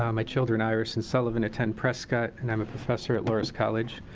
um my children iris and sullivan attend prescott and i'm a professor at loras college.